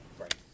Right